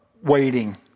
waiting